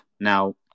Now